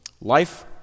Life